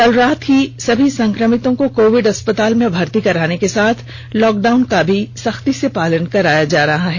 कल रात में ही सभी संक्रमितों को कोविड अस्पताल में भर्ती कराने के साथ लॉकडाउन का भी सख्ती से पालन कराया जा रहा है